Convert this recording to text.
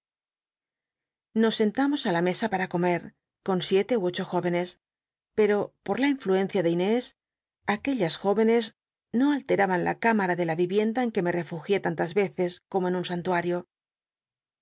nos sentamos á la mesa para comer con siete ú ocho jóvenes pero pot la innucncia de inés aquellas jóvenes no al teraban la calma de la vieces como en vienda en que me refugié tantas y un santuario